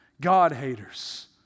God-haters